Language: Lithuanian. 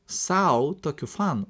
sau tokiu fanu